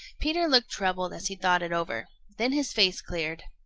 peter looked troubled as he thought it over. then his face cleared.